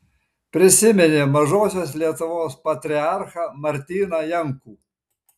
prisiminė mažosios lietuvos patriarchą martyną jankų